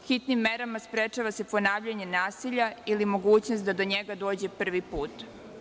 Hitnim merama sprečava se ponavljanje nasilja ili mogućnost da do njega dođe prvi put.